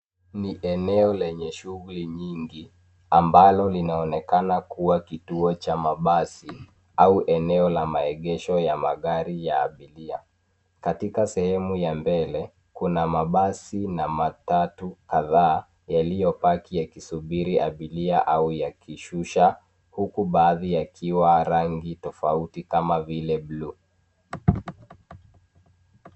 Ni eneo lenye shughuli nyingi ambalo linaonekana kuwa kituo cha mabasi au eneo la maegesho ya magari ya abiria. Katika sehemu ya mbele, Kuna mabasi na matatu kadhaa yaliyopaki yakisubiri abiria au yakishusha, huku baadhi yakiwa rangi tofauti kama vile bluu.